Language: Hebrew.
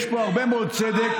יש בו הרבה מאוד צדק,